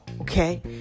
Okay